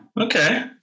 Okay